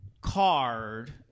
card